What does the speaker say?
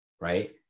right